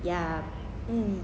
ya mm